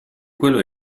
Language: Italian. quello